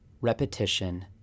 repetition